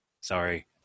Sorry